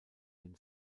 den